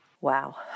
Wow